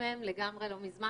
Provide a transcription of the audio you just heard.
לא מזמן